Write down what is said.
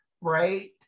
right